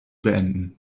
beenden